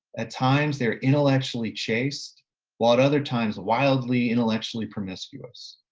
at times they're intellectually chased while at other times, wildly intellectually promiscuous.